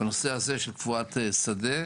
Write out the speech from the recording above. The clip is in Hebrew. בנושא הזה של קבורת שדה,